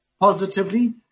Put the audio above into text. positively